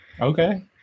Okay